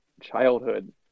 childhood